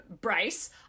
Bryce